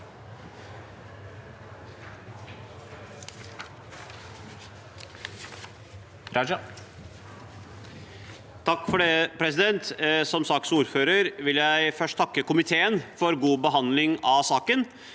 (ordfører for saken): Som saksordfører vil jeg først takke komiteen for god behandling av saken.